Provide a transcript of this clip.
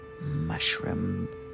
mushroom